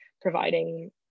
providing